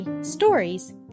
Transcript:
Stories